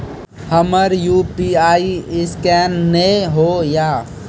हमर UPI scan नेय हो या?